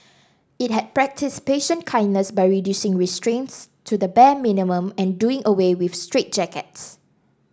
it had practised patient kindness by reducing restraints to the bare minimum and doing away with straitjackets